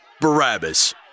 Barabbas